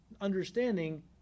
understanding